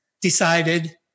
decided